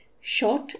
short